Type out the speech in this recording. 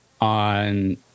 on